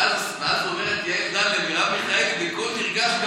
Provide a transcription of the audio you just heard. ואז אומרת יעל דן למרב מיכאלי בקול נרגש,